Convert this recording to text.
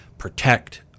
protect